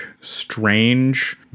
strange